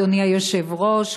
אדוני היושב-ראש,